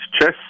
chess